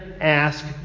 ask